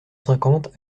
cinquante